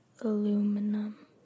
aluminum